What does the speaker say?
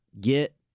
get